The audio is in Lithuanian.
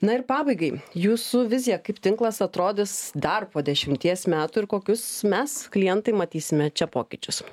na ir pabaigai jūsų vizija kaip tinklas atrodys dar po dešimties metų ir kokius mes klientai matysime čia pokyčius